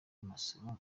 amasomo